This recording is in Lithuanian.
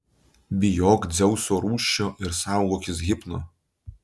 bijok dzeuso rūsčio ir saugokis hipno